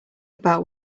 about